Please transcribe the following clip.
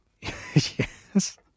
yes